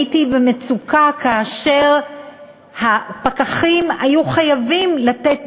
הייתי במצוקה כאשר הפקחים היו חייבים לעתים לתת